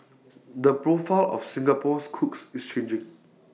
the profile of Singapore's cooks is changing